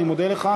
אני מודה לך.